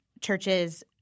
churches